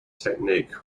technique